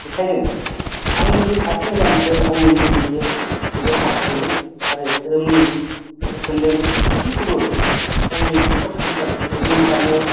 बेखायनो आंनिख्रुइ साबसिन जानो थाखाय आंनि उन जोलैखौ जोबोद हास्थायो आरो धोरोमनि बोसोनजों गासैखौबो गावनि न'खर संसारखो गोजोन खालामनो